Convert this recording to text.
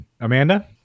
Amanda